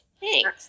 Thanks